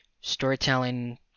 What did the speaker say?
storytelling